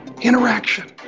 interaction